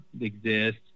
exist